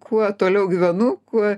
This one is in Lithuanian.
kuo toliau gyvenu kuo